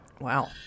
Wow